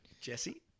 Jesse